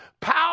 power